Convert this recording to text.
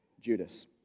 Judas